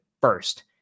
first